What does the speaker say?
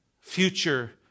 future